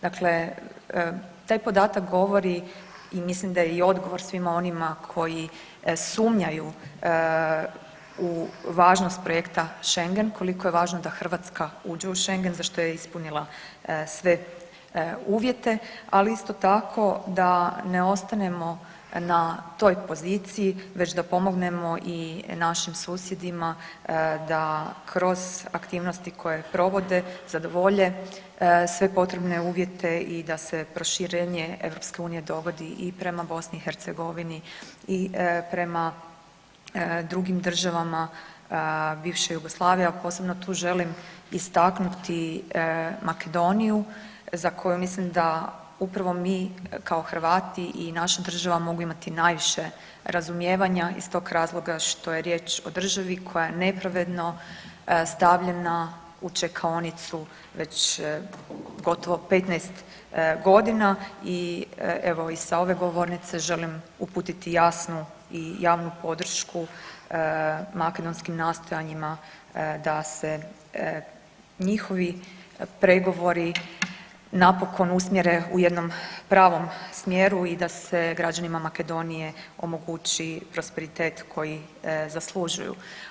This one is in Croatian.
Dakle, taj podatak govori i mislim da je i odgovor svima onima koji sumnjaju u važnost projekta šengen koliko je važno da Hrvatska uđe u šengen za što je ispunila sve uvjete, ali isto tako da ne ostanemo na toj poziciji već da pomognemo i našim susjedima da kroz aktivnosti koje provode zadovolje sve potrebne uvjete i da se proširenje EU dogodi i prema BiH i prema drugim državama bivše Jugoslavije, a posebno tu želim istaknuti Makedoniju za koju mislim da upravo mi kao Hrvati i naša država mogu imati najviše razumijevanja iz tog razloga što je riječ o državi koja je nepravedno stavljena u čekaonicu već gotovo 15.g. i evo i sa ove govornice želim uputiti jasnu i javnu podršku makedonskim nastojanjima da se njihovi pregovori napokon usmjere u jednom pravom smjeru i da se građanima Makedonije omogući prosperitet koji zaslužuju.